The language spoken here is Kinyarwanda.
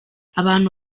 abantu